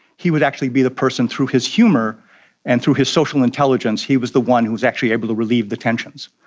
he would actually be the person, through his humour and through his social intelligence he was the one who was actually able to relieve the tensions.